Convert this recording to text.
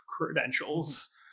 credentials